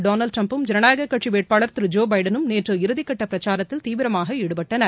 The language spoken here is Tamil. டொனால்ட் டிரம்பும் கட்சி ஜனநாயக வேட்பாளா் திரு ஜோ பிடனும் நேற்று இறுதிக்கட்ட பிரச்சாரத்தில் தீவிரமாக ஈடுபட்டனர்